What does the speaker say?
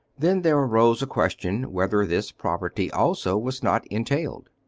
then there arose a question whether this property also was not entailed.